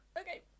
Okay